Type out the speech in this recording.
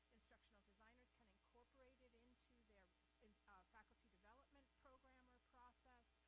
instructional designers can incorporate it into their and faculty development program or process.